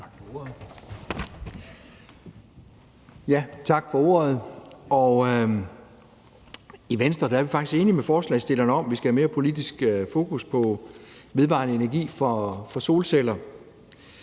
Tak for ordet. I Venstre er vi faktisk enige med forslagsstillerne i, at vi skal have mere politisk fokus på vedvarende energi fra solceller.